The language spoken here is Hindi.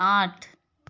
आठ